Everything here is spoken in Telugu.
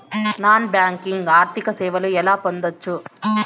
నాన్ బ్యాంకింగ్ ఆర్థిక సేవలు ఎలా పొందొచ్చు?